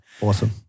Awesome